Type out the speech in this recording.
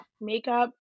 makeup